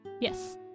Yes